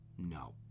no